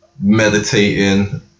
meditating